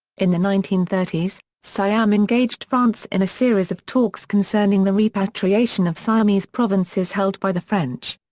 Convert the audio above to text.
in the nineteen thirty s, siam engaged france in a series of talks concerning the repatriation of siamese provinces held by the french.